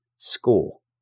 School